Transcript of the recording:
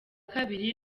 kabiri